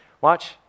watch